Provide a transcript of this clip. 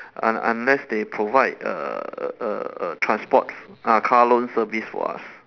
un~ unless they provide err err a a transport ah car loan service for us